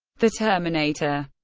the terminator